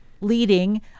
leading